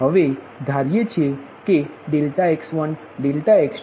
હવે ધારીએ છે એ કે ∆x1 ∆x2